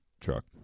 truck